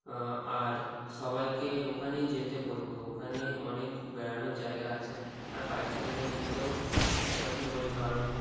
আর সবাইকে ওখানেই যেতে বলবো ওখানে অনেক বেড়ানোর জায়গা আছে আর বাইক চালাতে এমনিতেও পছন্দ করি কারণ